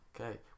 Okay